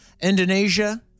Indonesia